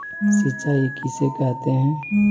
सिंचाई किसे कहते हैं?